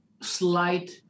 slight